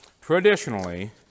traditionally